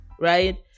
right